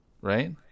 right